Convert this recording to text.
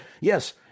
yes